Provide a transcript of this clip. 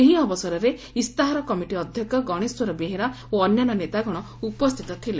ଏହି ଅବସରରେ ଇସ୍ତାହାର କମିଟି ଅଧ୍ଧକ୍ଷ ଗଣେଶ୍ୱର ବେହେରା ଓ ଅନ୍ୟାନ୍ୟ ନେତାଗଣ ଉପସ୍ତିତ ଥିଲେ